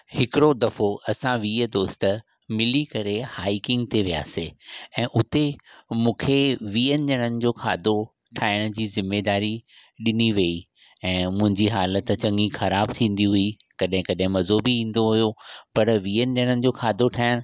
हिकिड़ो दफ़ो असां वीह दोस्त मिली करे हाइकिंग ते वियासीं ऐं उते मूंखे वीहनि ॼणनि जो खाधो ठाहिण जी ज़िमेदारी ॾिनी वेई ऐं मुंहिंजी हालत चङी ख़राबु थींदी हुई कॾहिं कॾहिं मज़ो बि ईंदो हुयो पर वीहनि ॼणनि जो खाधो ठाहिणु